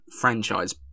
franchise